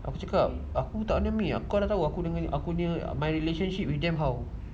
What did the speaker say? aku cakap aku takde ni aku tak tahu my relationship with them how